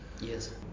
Yes